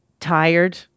Tired